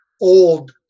old